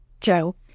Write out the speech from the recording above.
Joe